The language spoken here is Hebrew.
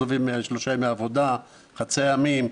חצאי ימים,